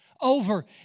over